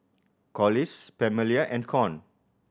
Collis Pamelia and Con